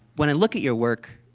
when i look at your work,